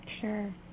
Sure